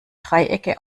dreiecke